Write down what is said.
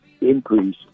increase